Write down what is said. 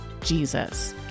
Jesus